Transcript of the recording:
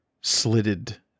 slitted